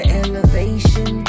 elevation